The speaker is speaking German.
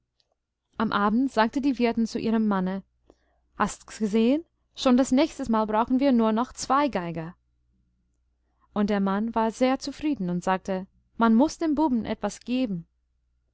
am abend sagte die wirtin zu ihrem manne hast's gesehen schon das nächste mal brauchen wir nur noch zwei geiger und der mann war sehr zufrieden und sagte man muß dem buben etwas geben